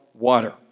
Water